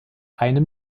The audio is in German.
einem